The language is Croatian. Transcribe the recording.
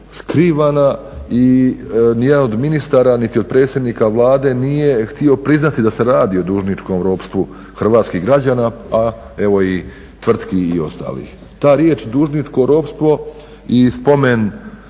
skrivana i nijedan od ministara niti od predsjednika Vlade nije htio priznati da se radi o dužničkom ropstvu hrvatskih građana, a evo i tvrtki i ostalih. Ta riječ dužničko ropstvo i spomen